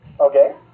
Okay